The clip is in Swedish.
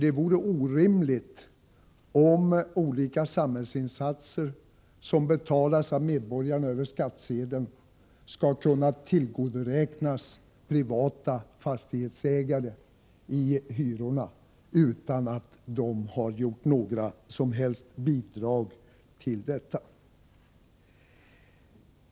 Det vore orimligt om olika samhällsinsatser, som betalas av medborgarna över skattsedeln, skulle tillfalla privata fastighetsägare över hyrorna utan att de har gjort något som helst för att bidra till detta.